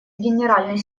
генеральный